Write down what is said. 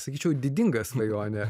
sakyčiau didinga svajonė